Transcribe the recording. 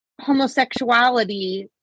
homosexuality